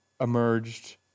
emerged